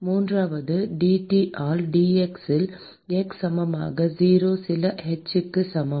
மூன்றாவதாக dT ஆல் dx இல் x சமமாக 0 சில h க்கு சமம்